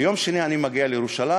ביום שני אני מגיע לירושלים,